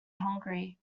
hungry